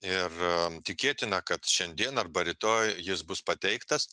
ir tikėtina kad šiandien arba rytoj jis bus pateiktas